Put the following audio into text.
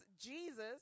Jesus